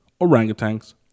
orangutans